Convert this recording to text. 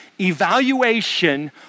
evaluation